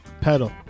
pedal